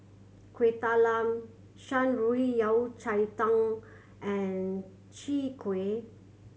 Kueh Talam Shan Rui Yao Cai Tang and Chwee Kueh